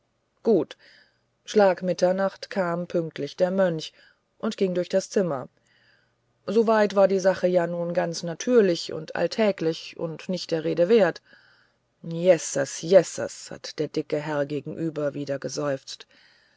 gut schlag mitternacht kam pünktlich der mönch und ging durch das zimmer so weit war die sache ja nun ganz natürlich und alltäglich und nicht der rede wert jesses jesses hat der dicke herr gegenüber wieder geseufzt